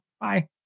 Bye